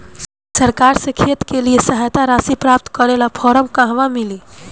सरकार से खेत के लिए सहायता राशि प्राप्त करे ला फार्म कहवा मिली?